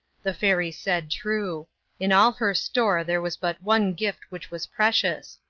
the fairy said true in all her store there was but one gift which was precious,